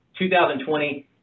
2020